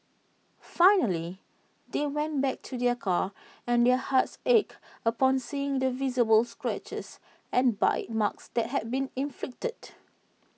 finally they went back to their car and their hearts ached upon seeing the visible scratches and bite marks that had been inflicted